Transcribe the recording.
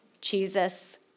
Jesus